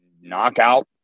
knockout